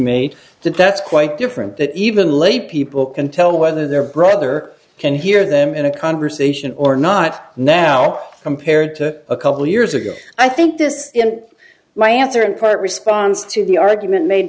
made that that's quite different that even lay people can tell whether their brother can hear them in a conversation or not now compared to a couple years ago i think this is my answer in part response to the argument made